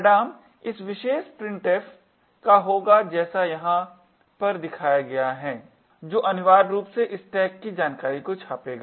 परिणाम इस विशेष printf का होगा जैसा यहाँ पर दिखाया गया है जो अनिवार्य रूप से स्टैक की जानकारी को छापेगा